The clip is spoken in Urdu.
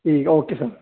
جی جی اوکے سر